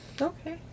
Okay